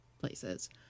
places